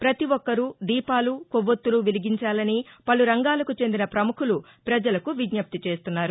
పతి ఒక్కరూ దీపాలు కొవ్వొత్తులు వెలిగించాలని పలు రంగాలకు చెందిన పముఖులు పజలకు విజ్ఞప్తి చేస్తున్నారు